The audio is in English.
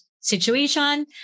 situation